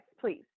please